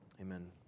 amen